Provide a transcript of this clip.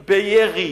בירי,